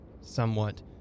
somewhat